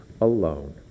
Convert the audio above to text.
alone